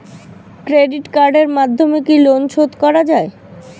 Credit কার্ডের মাধ্যমে কি লোন শোধ করা যায়?